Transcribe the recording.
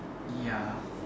ya